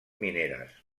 mineres